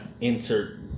Insert